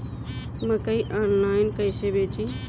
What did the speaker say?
मकई आनलाइन कइसे बेची?